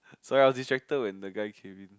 sorry I was distracted when the guy came in